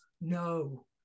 No